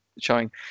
showing